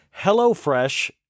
HelloFresh